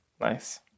Nice